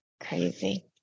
crazy